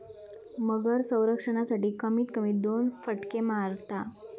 मगर संरक्षणासाठी, कमीत कमी दोन फटके मारता